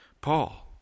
Paul